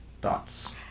thoughts